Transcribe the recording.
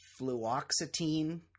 fluoxetine